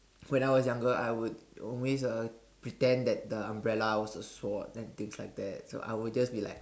when I was younger I would always uh pretend that the umbrella was a sword and things like that so I would just be like